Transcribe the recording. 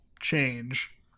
change